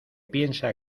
piensa